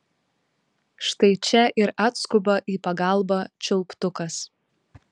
štai čia ir atskuba į pagalbą čiulptukas